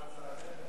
אפשר הצעה אחרת?